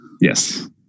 Yes